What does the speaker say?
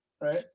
Right